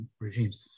regimes